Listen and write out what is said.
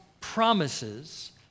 promises